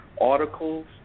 articles